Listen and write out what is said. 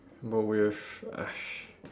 but with !hais!